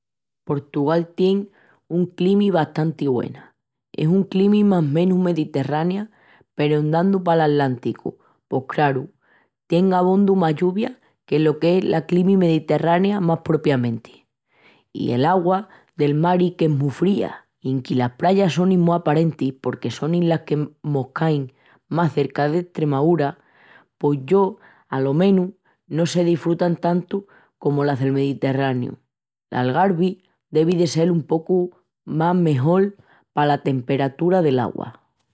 Portugal tien una climi bastanti güena. Es una climi más menus mediterrania peru en dandu pal Atlánticu pos, craru, tien abondu más lluvia que lo qu'es la climi mediterrania más propiamenti. I l'augua del mari qu'es mu fría i enque las prayas sonin mu aparentis porque sonin las que mos cain más cerca d'Estremaúra, pos, yo alo menus, no se desfrutan tantu comu las del mediterraniu. L'Algarvi devi de sel un pocu mejol pala temperatura'l augua.